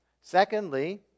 Secondly